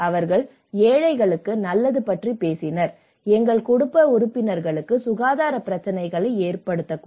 அவர்கள் ஏழைகளுக்கு நல்லது பற்றி பேசினர் எங்கள் குடும்ப உறுப்பினர்களுக்கு சுகாதார பிரச்சினைகளை ஏற்படுத்தினர்